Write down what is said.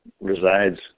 resides